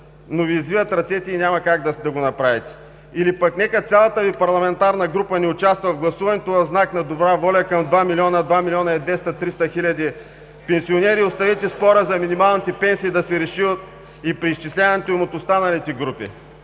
но Ви извиват ръцете и нямате как да го направите. Или пък нека цялата Ви парламентарна група не участва в гласуването в знак на добра воля към два милиона, два милиона и 200 – 300 хиляди пенсионери. Оставете спорът за минималните пенсии и преизчисляването да се реши от останалите групи.